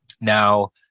now